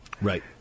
Right